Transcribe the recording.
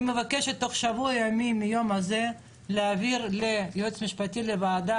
אני מבקשת תוך שבוע ימים מהיום להעביר ליועץ המשפטי של הוועדה,